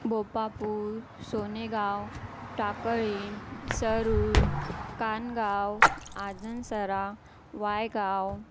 Bopapur Sonegaon Takli Sarul Kangaon Ajansara Waygaon